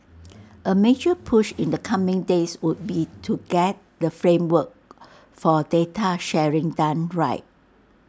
A major push in the coming days would be to get the framework for data sharing done right